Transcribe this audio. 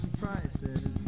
prices